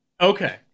Okay